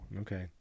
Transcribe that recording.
Okay